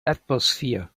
atmosphere